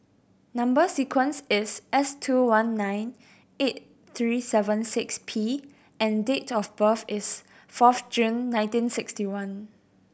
number sequence is S two one nine eight three seven six P and date of birth is fourth June nineteen sixty one